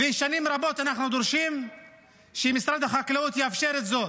ושנים רבות אנחנו דורשים שמשרד החקלאות יאפשר זאת.